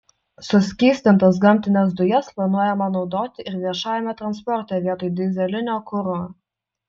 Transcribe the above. suskystintas gamtines dujas planuojama naudoti ir viešajame transporte vietoj dyzelinio kuro